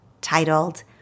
titled